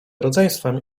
rodzeństwem